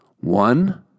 One